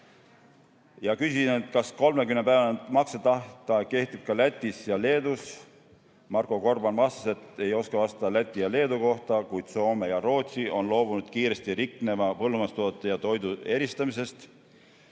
Ma küsisin, kas 30‑päevane maksetähtaeg kehtib ka Lätis ja Leedus. Marko Gorban vastas, et ei oska vastata Läti ja Leedu kohta, kuid Soome ja Rootsi on loobunud kiiresti riknevate põllumajandustoodete ja toidu eristamisest.